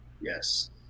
Yes